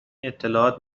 اطلاعات